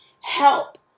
help